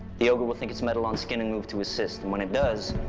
the ogre will think it's metal on skin and move to assist, and when it does.